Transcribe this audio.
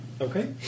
Okay